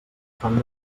fan